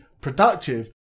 productive